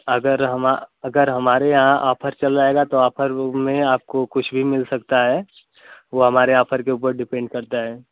अगर हमा अगर हमारे यहाँ ऑफर चल रहेगा है तो आफर रूम में आपको कुछ भी मिल सकता है वह हमारे आफर के ऊपर डिपेन्ड करता है